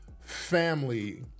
family